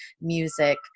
music